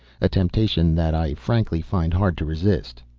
a temptation that i frankly find hard to resist.